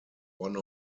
one